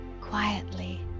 quietly